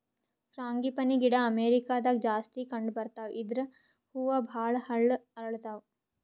frangipani ಗಿಡ ಅಮೇರಿಕಾದಾಗ್ ಜಾಸ್ತಿ ಕಂಡಬರ್ತಾವ್ ಇದ್ರ್ ಹೂವ ಭಾಳ್ ಹಳ್ಳು ಅರಳತಾವ್